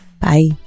Bye